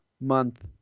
month